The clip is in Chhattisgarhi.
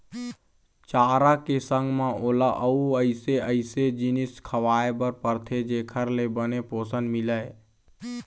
चारा के संग म ओला अउ अइसे अइसे जिनिस खवाए बर परथे जेखर ले बने पोषन मिलय